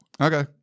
Okay